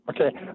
Okay